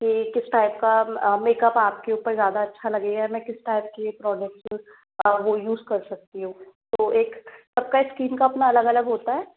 की किस टाइप का मेकअप आपके ऊपर ज़्यादा अच्छा लगेगा और मैं किस टाइप की ये प्रॉडक्ट वो यूज़ कर सकती हूँ तो एक सबका एक स्कीम का अपना अलग अलग होता है